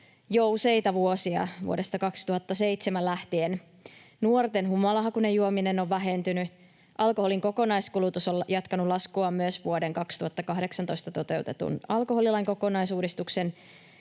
jo useita vuosia vuodesta 2007 lähtien. Nuorten humalahakuinen juominen on vähentynyt. Alkoholin kokonaiskulutus on jatkanut laskuaan myös vuoden 2018 toteutetun alkoholilain kokonaisuudistuksen